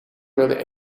wilde